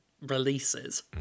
releases